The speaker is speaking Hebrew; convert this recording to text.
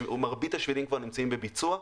מרבית השבילים כבר נמצאים בביצוע,